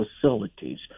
facilities